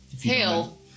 Hail